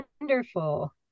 Wonderful